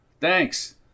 Thanks